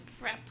prep